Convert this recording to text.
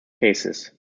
cases